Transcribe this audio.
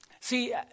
See